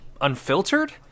unfiltered